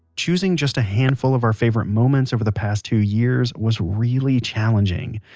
choosing just a handful of our favorite moments over the past two years was really challenging.